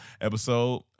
episode